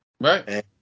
Right